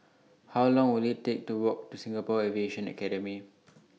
How Long Will IT Take to Walk to Singapore Aviation Academy